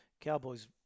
Cowboys